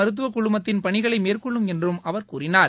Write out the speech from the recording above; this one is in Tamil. மருத்துவக்குழுமத்தின் பணிகளை மேற்கொள்ளும் என்று அவர் கூறினார்